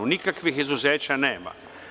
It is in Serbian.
Nikakvih izuzetaka nema.